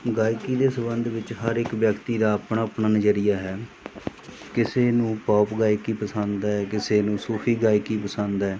ਗਾਇਕੀ ਦੇ ਸੰਬੰਧ ਵਿੱਚ ਹਰ ਇੱਕ ਵਿਅਕਤੀ ਦਾ ਆਪਣਾ ਆਪਣਾ ਨਜ਼ਰੀਆ ਹੈ ਕਿਸੇ ਨੂੰ ਪੋਪ ਗਾਇਕੀ ਪਸੰਦ ਹੈ ਕਿਸੇ ਨੂੰ ਸੂਫੀ ਗਾਇਕੀ ਪਸੰਦ ਹੈ